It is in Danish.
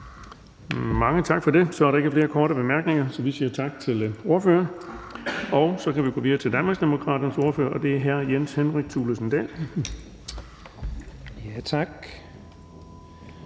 Mange tak for det. Der er ikke flere korte bemærkninger, så vi siger tak til ordføreren. Så kan vi gå videre til Danmarksdemokraternes ordfører, og det er hr. Jens Henrik Thulesen Dahl. Kl.